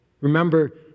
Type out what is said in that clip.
Remember